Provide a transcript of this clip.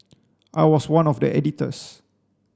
I was one of the editors